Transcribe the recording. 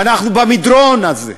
ואנחנו במדרון הזה.